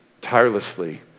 tirelessly